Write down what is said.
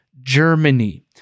germany